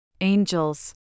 Angels